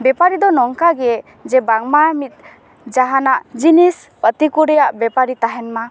ᱵᱮᱯᱟᱨᱤ ᱫᱚ ᱱᱚᱝᱠᱟ ᱜᱮ ᱡᱮ ᱵᱟᱝᱢᱟ ᱢᱤᱫ ᱡᱟᱦᱟᱸᱱᱟᱜ ᱡᱤᱱᱤᱥ ᱯᱟᱛᱤᱢᱠᱚ ᱨᱮᱭᱟᱜ ᱵᱮᱯᱟᱨᱤ ᱛᱟᱦᱮᱸᱱ ᱢᱟ